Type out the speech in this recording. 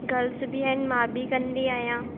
girls बि आहिनि मां बि कंदी आहियां